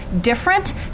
different